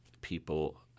people